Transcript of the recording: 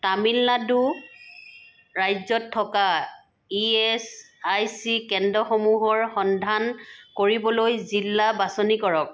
তামিলনাডু ৰাজ্যত থকা E S I C কেন্দ্ৰসমূহৰ সন্ধান কৰিবলৈ জিলা বাছনি কৰক